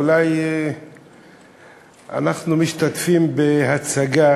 אולי אנחנו משתתפים בהצגה